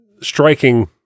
striking